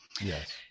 Yes